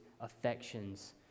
affections